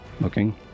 looking